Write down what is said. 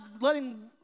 letting